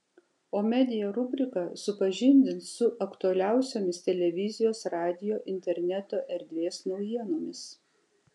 o media rubrika supažindins su aktualiausiomis televizijos radijo interneto erdvės naujienomis